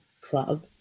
club